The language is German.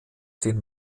den